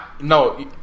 No